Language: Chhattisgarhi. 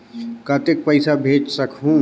कतेक पइसा भेज सकहुं?